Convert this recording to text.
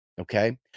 okay